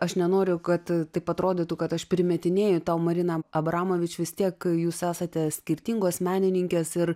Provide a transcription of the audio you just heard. aš nenoriu kad taip atrodytų kad aš primetinėju tau mariną abramovič vis tiek jūs esate skirtingos menininkės ir